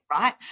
right